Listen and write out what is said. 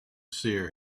seer